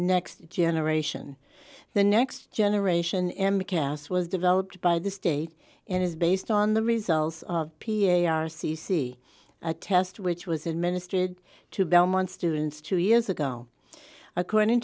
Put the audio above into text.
next generation the next generation m cas was developed by the state and is based on the results of p a r c c a test which was administered to belmont students two years ago according